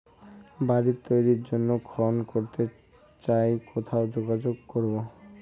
বাড়ি তৈরির জন্য ঋণ করতে চাই কোথায় যোগাযোগ করবো?